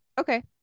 okay